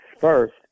first